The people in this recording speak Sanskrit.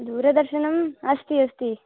दूरदर्शनम् अस्ति अस्ति